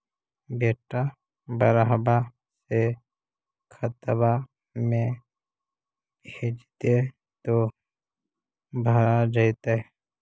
बेटा बहरबा से खतबा में भेजते तो भरा जैतय?